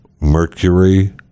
mercury